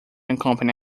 accompany